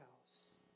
house